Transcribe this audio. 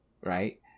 right